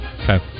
Okay